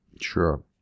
Sure